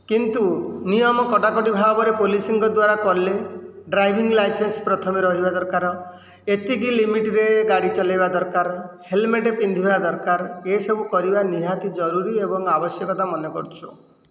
କିନ୍ତୁ ନିୟମ କଡାକଡି ଭାବରେ ପୋଲିସଙ୍କ ଦ୍ୱାରା କଲେ ଡ୍ରାଇଭିଂ ଲାଇସେନ୍ସ ପ୍ରଥମେ ରହିବା ଦରକାର ଏତିକି ଲିମିଟରେ ଗାଡ଼ି ଚଲେଇବା ଦରକାର ହେଲମେଟ ପିନ୍ଧିବା ଦରକାର ଏସବୁ କରିବା ନିହାତି ଜରୁରୀ ଏବଂ ଆବଶ୍ୟକତା ମନେ କରୁଛୁ